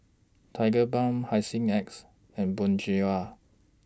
Tigerbalm Hygin X and Bonjela